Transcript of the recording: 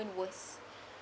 worse